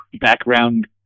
background